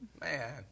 Man